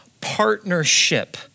partnership